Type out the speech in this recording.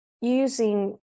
using